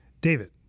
David